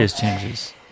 changes